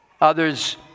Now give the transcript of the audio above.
Others